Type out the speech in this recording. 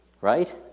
Right